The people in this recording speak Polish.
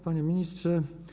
Panie Ministrze!